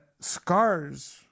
scars